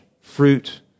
fruit